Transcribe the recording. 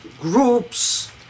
groups